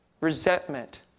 resentment